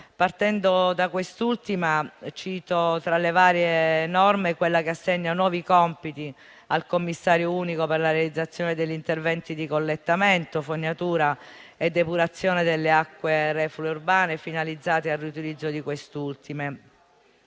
Partendo da quest'ultima, cito, tra le varie norme, quella che assegna nuovi compiti al commissario unico per la realizzazione degli interventi di collettamento, fognatura e depurazione delle acque reflue urbane, finalizzati al riutilizzo di quest'ultime.